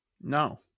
no